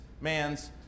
man's